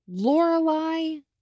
Lorelai